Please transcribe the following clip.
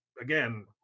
again